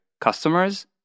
customers